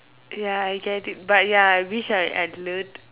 ya I get it but ya I wish I had learned